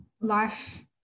Life